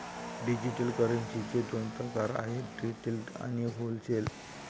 digital करन्सीचे दोन प्रकार आहेत रिटेल आणि होलसेल